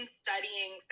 studying